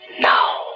Now